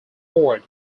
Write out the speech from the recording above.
port